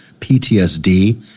PTSD